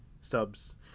subs